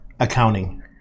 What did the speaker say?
Accounting